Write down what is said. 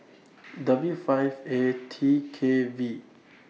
W five A T K V